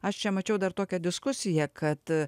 aš čia mačiau dar tokią diskusiją kad